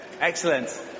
Excellent